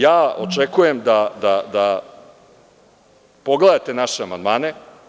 Ja očekujem da pogledate naše amandmane.